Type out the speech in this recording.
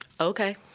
Okay